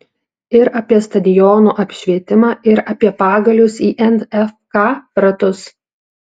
ir apie stadionų apšvietimą ir apie pagalius į nfka ratus